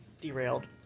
derailed